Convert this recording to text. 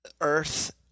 Earth